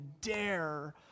dare